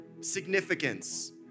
significance